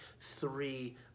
three